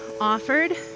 offered